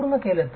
पूर्ण केले